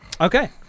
Okay